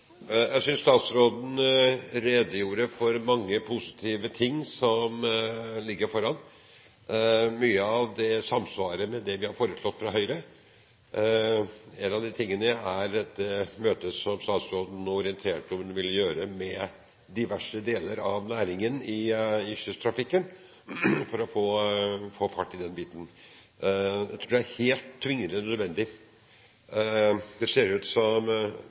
Jeg synes statsråden redegjorde for mange positive ting som ligger foran. Mye av det samsvarer med det vi har foreslått fra Høyre. En av de tingene er det møtet som statsråden nå orienterte om at hun ville ha med diverse deler av næringen i kysttrafikken, for å få fart i den biten. Jeg tror det er helt tvingende nødvendig. Det ser ut som